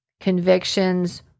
convictions